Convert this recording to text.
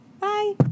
Bye